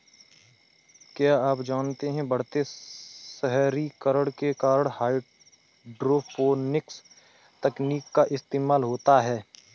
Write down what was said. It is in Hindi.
क्या आप जानते है बढ़ते शहरीकरण के कारण हाइड्रोपोनिक्स तकनीक का इस्तेमाल होता है?